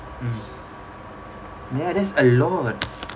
mm ya that's a lot